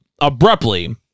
abruptly